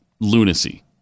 lunacy